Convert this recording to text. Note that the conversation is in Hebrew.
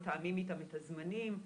מתאמים איתם את הזמנים.